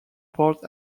port